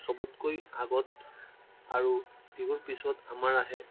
চবতকৈ আগত আৰু বিহুৰ পিছত আমাৰ আহে